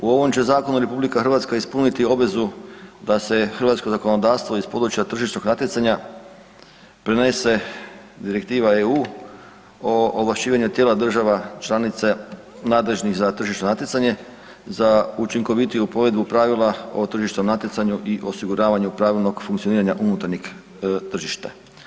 U ovom će Zakonu Republika Hrvatska ispuniti obvezu da se u hrvatsko zakonodavstvo iz područja tržišnog natjecanja prenese direktiva EU o ovlašćivanju tijela država članica nadležnih za tržišno natjecanje za učinkovitiju provedbu pravila o tržišnom natjecanju i osiguravanju pravilnog funkcioniranja unutarnjeg tržišta.